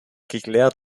geklärt